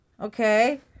Okay